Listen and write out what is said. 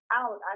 out